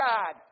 God